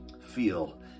feel